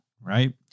right